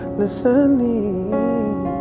listening